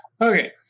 Okay